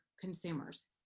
consumers